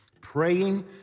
praying